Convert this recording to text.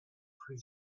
plus